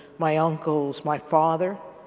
my uncles, my father.